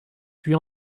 puis